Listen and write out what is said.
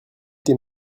des